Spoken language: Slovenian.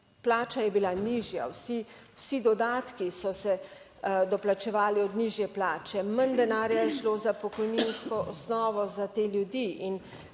plača je bila nižja. Vsi dodatki so se doplačevali od nižje plače. Manj denarja je šlo za pokojninsko osnovo za te ljudi. In